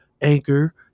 Anchor